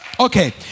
Okay